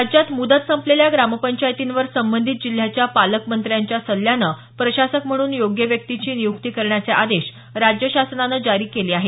राज्यात मुदत संपलेल्या ग्रामपंचायतीवर संबंधित जिल्ह्याच्या पालकमंत्र्यांच्या सल्ल्यानं प्रशासक म्हणून योग्य व्यक्तीची नियुक्ती करण्याचे आदेश राज्य शासनानं जारी केले आहेत